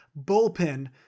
bullpen